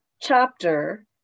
chapter